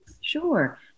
Sure